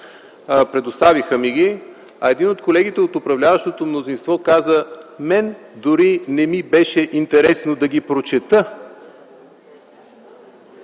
Предоставиха ни ги. Един от колегите от управляващото мнозинство каза: „Мен дори не ми беше интересно да ги прочета”.